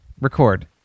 Record